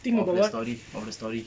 of the story of the story